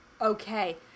Okay